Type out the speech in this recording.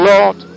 Lord